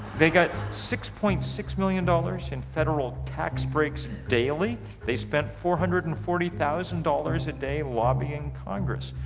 they got six point six million dollars in federal tax breaks daily. they spent four hundred and forty thousand dollars a day lobbying congress.